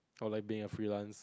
or like being a freelance